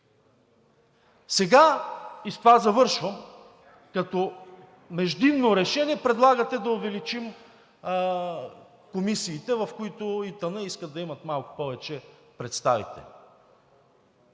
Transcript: Сега, и с това завършвам, като междинно решение предлагате да увеличим комисиите, в които ИТН искат да имат малко повече представители.